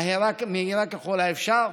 מהירה ככל האפשר.